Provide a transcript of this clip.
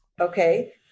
okay